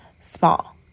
small